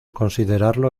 considerarlo